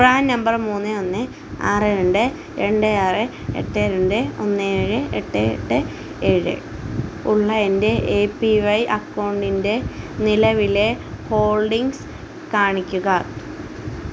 PRAN number മൂന്ന് ഒന്ന് ആറ് രണ്ട് രണ്ട് ആറ് എട്ട് രണ്ട് ഒന്ന് ഏഴ് എട്ട് എട്ട് ഏഴ് ഉള്ള എൻ്റെ എ പി വൈ അക്കൗണ്ടിൻ്റെ നിലവിലെ ഹോൾഡിംഗ്സ് കാണിക്കുക